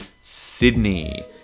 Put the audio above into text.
Sydney